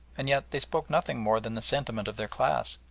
and yet they spoke nothing more than the sentiment of their class.